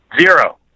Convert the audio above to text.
Zero